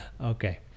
Okay